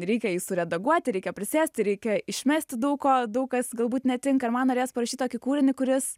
reikia jį suredaguoti reikia prisėsti reikia išmesti daug ko daug kas galbūt netinka ir man norėjos parašyt tokį kūrinį kuris